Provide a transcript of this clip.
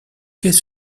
qu’est